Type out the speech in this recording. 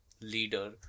leader